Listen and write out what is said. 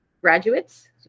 graduates